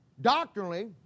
Doctrinally